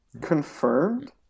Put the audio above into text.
confirmed